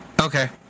okay